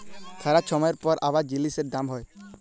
খারাপ ছময়ের পর আবার জিলিসের দাম হ্যয়